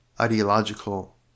ideological